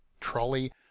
trolley